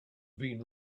been